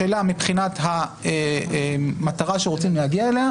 מבחינת המטרה אליה רוצים להגיע,